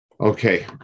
Okay